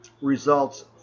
results